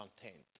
content